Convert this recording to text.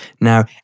Now